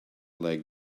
leg